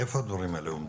איפה הדברים האלה עומדים?